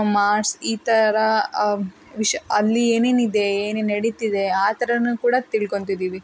Mars ಈ ಥರ ವಿಶ್ ಅಲ್ಲಿ ಏನೇನು ಇದೆ ಏನೇನು ನಡೀತಿದೆ ಆ ಥರವೂ ಕೂಡ ತಿಳ್ಕೊತಿದೀವಿ